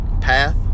path